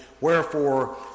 Wherefore